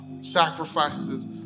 sacrifices